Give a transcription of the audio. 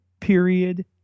period